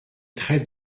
traite